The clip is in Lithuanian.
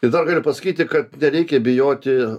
ir dar galiu pasakyti kad nereikia bijoti